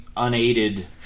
Unaided